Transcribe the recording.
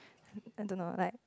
I don't know like